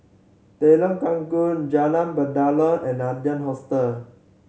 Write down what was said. Telok Kurau Jalan Batalong and Adler Hostel